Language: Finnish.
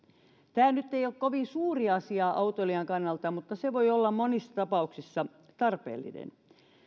tämä nyt ei ole kovin suuri asia autoilijan kannalta mutta se voi olla monissa tapauksissa tarpeellinen